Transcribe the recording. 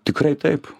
tikrai taip